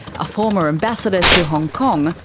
a former ambassador to hong kong,